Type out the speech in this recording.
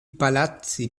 palazzi